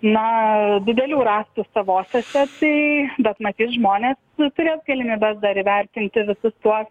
na didelių rastų savosiose tai bet matyt žmonės nu turės galimybes dar įvertinti visus tuos